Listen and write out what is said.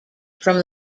from